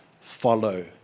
Follow